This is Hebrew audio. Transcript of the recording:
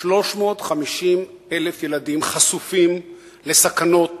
350,000 ילדים חשופים לסכנות